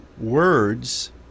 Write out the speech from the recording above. words